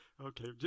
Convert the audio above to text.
Okay